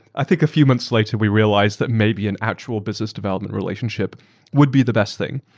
i think a few months later, we realized that maybe an actual business development relationship would be the best thing,